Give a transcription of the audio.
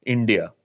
India